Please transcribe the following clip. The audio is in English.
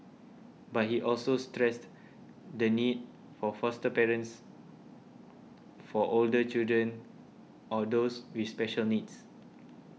but he also stressed the need for foster parents for older children or those with special needs